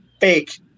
fake